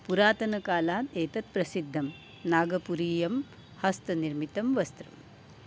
पुरातनकालात् एतत् प्रसिद्धं नागपुरीयं हस्तनिर्मितं वस्त्रं